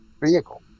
vehicle